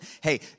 hey